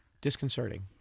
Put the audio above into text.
disconcerting